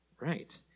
Right